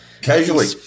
Casually